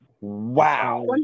wow